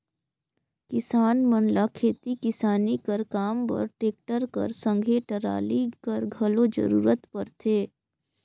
किसान मन ल खेती किसानी कर काम बर टेक्टर कर संघे टराली कर घलो जरूरत परथे